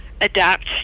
adapt